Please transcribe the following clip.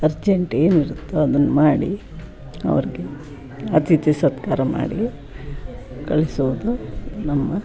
urgent ಏನಿರುತ್ತೋ ಅದನ್ನ ಮಾಡಿ ಅವ್ರಿಗೆ ಅತಿಥಿ ಸತ್ಕಾರ ಮಾಡಿ ಕಳಿಸೋದು ನಮ್ಮ